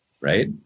Right